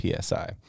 PSI